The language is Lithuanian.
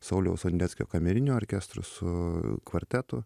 sauliaus sondeckio kameriniu orkestru su kvartetu